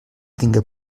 tinga